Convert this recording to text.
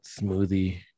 smoothie